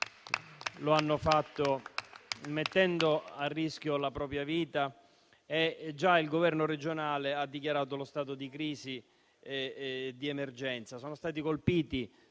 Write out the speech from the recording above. Lo hanno fatto mettendo a rischio la propria vita. Già il Governo regionale ha dichiarato lo stato di crisi e di emergenza.